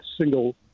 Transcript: single